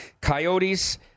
Coyotes